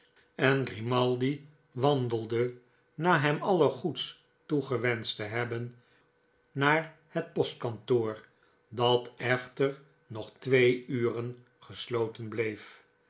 en grimaldi wandelde na hem alles goeds toegewenscht te hebben naar het postkantoor dat echter nog twee uren gesloten bleef